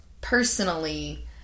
personally